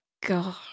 god